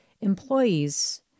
employees